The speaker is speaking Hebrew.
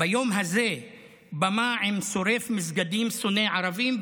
במה ביום הזה עם שורף מסגדים שונא ערבים,